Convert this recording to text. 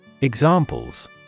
Examples